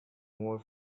more